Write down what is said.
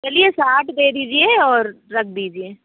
चलिए साठ दे दीजिए और रख दीजिए